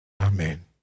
Amen